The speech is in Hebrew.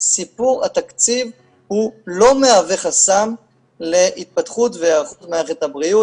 סיפור התקציב לא מהווה חסם להתפתחות והיערכות מערכת הבריאות.